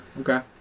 Okay